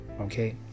okay